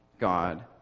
God